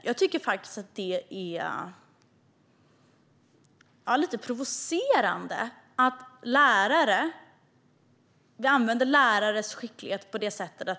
Jag tycker att det är lite provocerande hur vi använder lärarnas skicklighet.